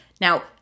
Now